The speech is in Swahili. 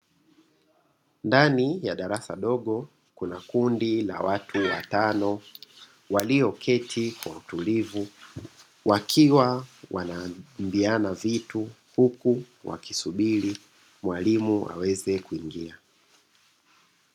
Ndani ya darasa dogo, kuna kundi la watu watano, walio keti kwa utulivu, wakiwa wanaambiana vitu. Huku wakisubiri mwalimu aweze kuingia.